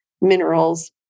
minerals